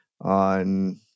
on